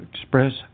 express